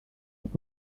erst